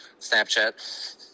Snapchat